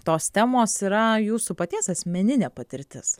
tos temos yra jūsų paties asmeninė patirtis